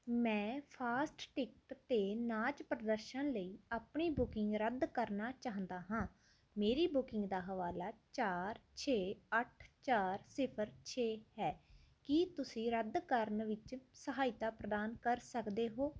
ਮੈਂ fast ticket 'ਤੇ ਨਾਚ ਪ੍ਰਦਰਸ਼ਨ ਲਈ ਆਪਣੀ ਬੁਕਿੰਗ ਰੱਦ ਕਰਨਾ ਚਾਹੁੰਦਾ ਹਾਂ ਮੇਰੀ ਬੁਕਿੰਗ ਦਾ ਹਵਾਲਾ ਚਾਰ ਛੇ ਅੱਠ ਚਾਰ ਸਿਫਰ ਛੇ ਹੈ ਕੀ ਤੁਸੀਂ ਰੱਦ ਕਰਨ ਵਿੱਚ ਸਹਾਇਤਾ ਪ੍ਰਦਾਨ ਕਰ ਸਕਦੇ ਹੋ